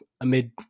amid